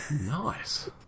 Nice